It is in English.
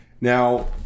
Now